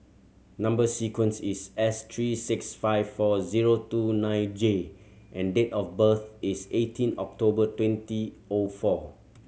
number sequence is S three six five four zero two nine J and date of birth is eighteen October twenty O four